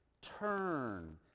turn